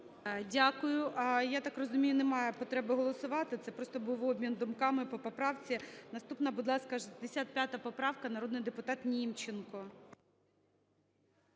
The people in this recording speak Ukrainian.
Дякую. Я так розумію, немає потреби голосувати. Це просто був обмін думками по поправці. Наступна, будь ласка, 65 поправка. Народний депутат Німченко.